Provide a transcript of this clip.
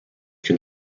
can